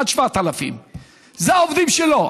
עד 7,000. אלה העובדים שלו.